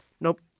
Nope